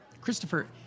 Christopher